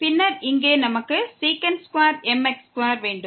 பின்னர் இங்கே நமக்கு mx2 வேண்டும்